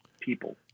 people